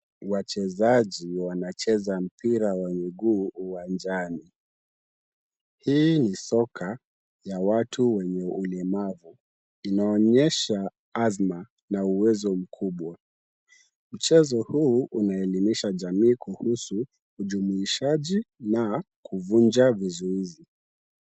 Wachezaji wanacheza mpira wa miguu uwanjani. Hii ni soka ya watu wenye ulemavu, inaonyesha azma na uwezo mkubwa. Mchezo huu unaelimisha jamii kuhusu ujumuishaji na kuvunja vizuizi.